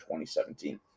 2017